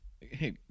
hey